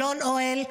אלון אהל,